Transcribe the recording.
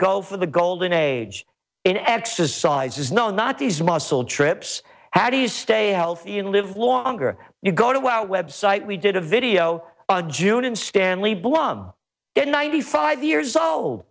go for the golden age in exercises no not these muscle trips how do you stay healthy and live longer you go to our web site we did a video on june stanley blom in ninety five years old